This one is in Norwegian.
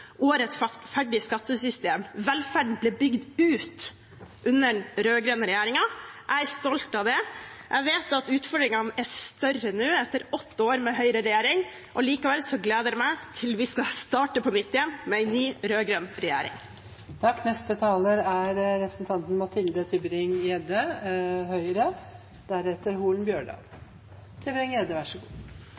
et mer omfordelende og rettferdig skattesystem. Velferden ble bygd ut under den rød-grønne regjeringen. Jeg er stolt av det. Jeg vet at utfordringene er større nå, etter åtte år med høyreregjering, og likevel gleder jeg meg til vi skal starte på nytt igjen med en ny rød-grønn regjering. Akkurat nå er